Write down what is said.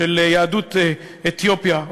של יהדות אתיופיה,